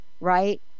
right